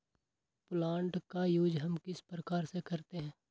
Plant का use हम किस प्रकार से करते हैं?